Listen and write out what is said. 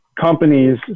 companies